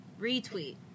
Retweet